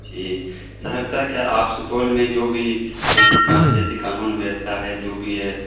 جی سہرسہ کیا آپ سپول میں جو بھی جیسی کان جیسی کانون ویوستھا ہے جو بھی ہے